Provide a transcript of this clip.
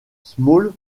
small